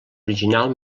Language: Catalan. original